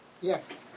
Yes